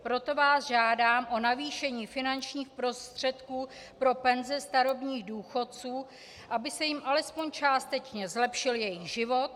Proto vás žádám o navýšení finančních prostředků pro penzi starobních důchodců, aby se jim alespoň částečně zlepšil jejich život.